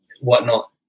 whatnot